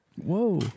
Whoa